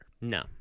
No